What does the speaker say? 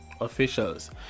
officials